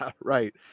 Right